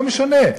לא משנה.